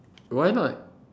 why not